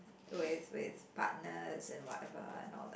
with with partners and whatever and all that